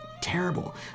terrible